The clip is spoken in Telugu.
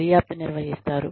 దర్యాప్తు నిర్వహిస్తారు